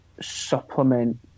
supplement